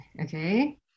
Okay